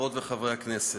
חברות וחברי הכנסת,